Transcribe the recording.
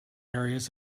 areas